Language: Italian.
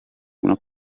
una